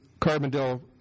Carbondale